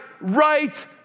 right